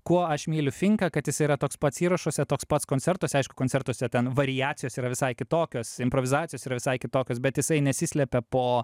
kuo aš myliu finką kad jis yra toks pats įrašuose toks pats koncertuose aišku koncertuose ten variacijos yra visai kitokios improvizacijos yra visai kitokios bet jisai nesislepia po